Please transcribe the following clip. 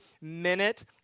minute